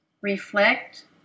reflect